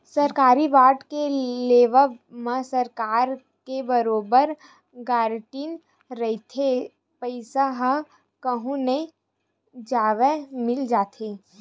सरकारी बांड के लेवब म सरकार के बरोबर गांरटी रहिथे पईसा ह कहूँ नई जवय मिल जाथे